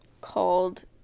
called